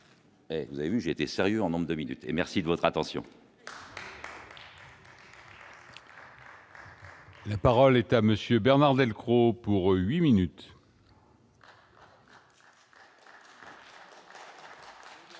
Vous avez vu, j'étais sérieux en nombre de minutes et merci de votre attention. La parole est à monsieur Bernard Delcros pour 8 minutes.